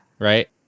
Right